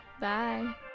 bye